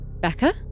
Becca